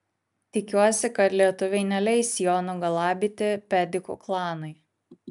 tikiuosi kad lietuviai neleis jo nugalabyti pedikų klanui